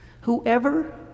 whoever